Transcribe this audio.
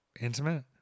intimate